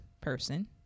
person